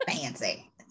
fancy